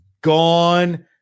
gone